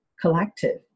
collective